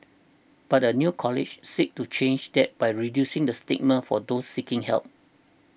but a new college seeks to change that by reducing the stigma for do seeking help